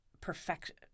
perfection